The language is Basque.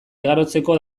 igarotzeko